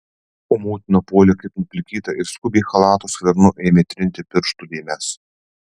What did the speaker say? o motina puolė kaip nuplikyta ir skubiai chalato skvernu ėmė trinti pirštų dėmes